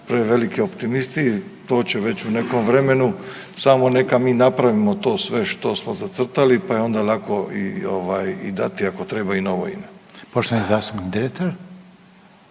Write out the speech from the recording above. preveliki optimisti, to će već u nekom vremenu, samo neka mi napravimo to sve što smo zacrtali pa je onda lako i ovaj, i dati, ako treba i novo ime. **Reiner,